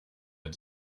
had